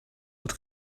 what